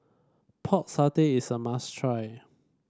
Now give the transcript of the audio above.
Pork Satay is a must try